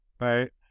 right